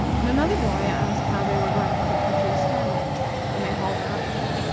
and another boy asked how they were going to keep the tree standing when they hauled her up again.